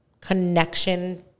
connection